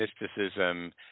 mysticism